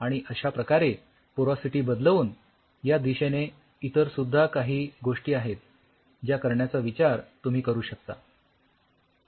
आणि अश्या याप्रकारे पोरॉसिटी बदलवून या दिशेने इतर सुद्धा काही गोष्टी आहेत ज्या करण्याचा विचार तुम्ही करू शकता